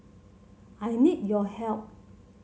I need your help